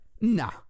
Nah